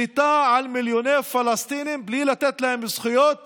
שליטה על מיליוני פלסטינים בלי לתת להם זכויות